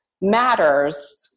matters